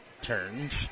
Turns